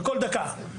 בכל דקה.